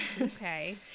Okay